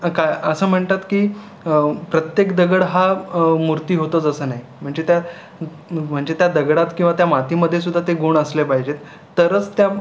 काय असं म्हणतात की प्रत्येक दगड हा मूर्ती होतोच असं नाही म्हणजे त्या म्हणजे त्या दगडात किंवा त्या मातीमध्ये सुद्धा ते गुण असले पाहिजेत तरच त्या